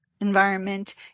environment